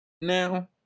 now